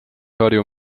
harju